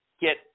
get